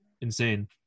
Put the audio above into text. insane